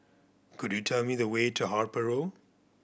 could you tell me the way to Harper Road